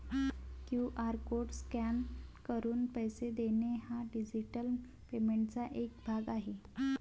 QR code scan करून पैसे देणे हा डिजिटल पेमेंटचा एक भाग आहे